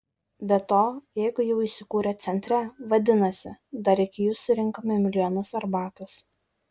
be to jeigu jau įsikūrę centre vadinasi dar iki jų surinkome milijonus arbatos